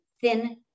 thin